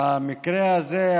והמקרה הזה,